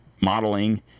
modeling